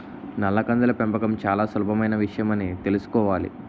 నల్ల కందుల పెంపకం చాలా సులభమైన విషయమని తెలుసుకోవాలి